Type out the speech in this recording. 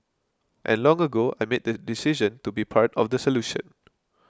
and long ago I made the decision to be part of the solution